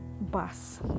bus